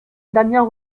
damien